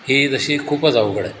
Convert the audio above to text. ही जशी खूपच अवघड आहे